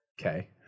okay